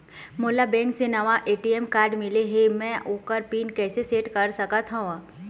मोला बैंक से नावा ए.टी.एम कारड मिले हे, म ओकर पिन कैसे सेट कर सकत हव?